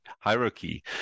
hierarchy